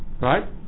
right